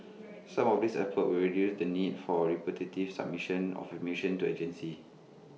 some of these efforts will reduce the need for repetitive submission of information to agencies